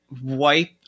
wipe